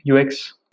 UX